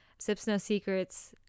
Sipsnosecrets